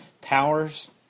powers